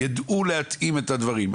יידעו להתאים את הדברים,